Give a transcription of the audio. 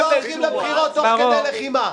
לא הולכים לבחירות תוך כדי לחימה.